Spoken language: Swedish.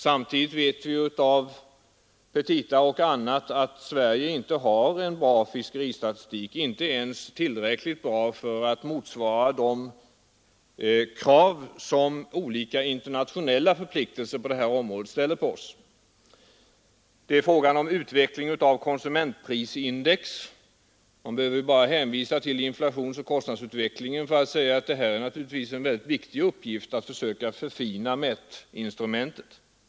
Bl. a. genom petita vet vi att Sverige inte har en bra fiskeristatistik, inte ens tillräckligt bra för att motsvara de krav som olika internationella förpliktelser på detta område ställer på oss. Vidare nämner man utveckling av konsumentprisindex. Jag behöver bara hänvisa till inflationsoch kostnadsutvecklingen för att visa att det är en mycket viktig uppgift att söka förbättra mätinstrumentet på detta område.